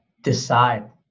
decide